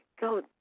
Go